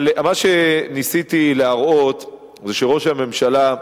אבל מה שניסיתי להראות זה שראש הממשלה,